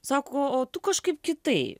sako o tu kažkaip kitaip